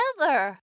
together